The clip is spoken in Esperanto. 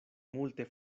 multe